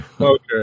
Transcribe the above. Okay